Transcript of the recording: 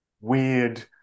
weird